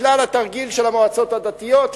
בגלל התרגיל של המועצות הדתיות,